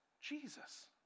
Jesus